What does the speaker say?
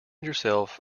yourself